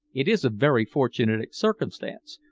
it is a very fortunate circumstance,